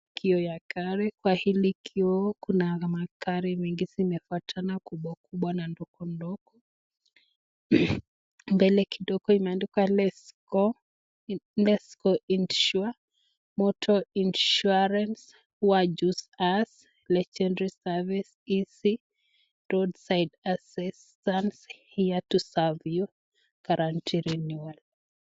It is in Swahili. Kioo ya gari, Kwa hili kioo kuna magari mengi zimefuatana, kubwa kubwa na ndogo ndogo. Mbele kidogo imeandikwa Lets Go Motor Insurance. Why choose us. Legendary Service, Easy Access, Roadside assistance, Here to serve you, Guaranteed renewal